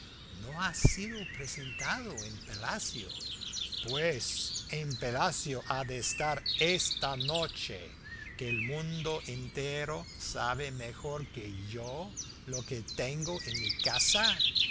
no ha sido presentado en palacio pues en palacio ha de estar esta noche que el mundo entero sabe mejor que yo lo que tengo en mi casa